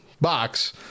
box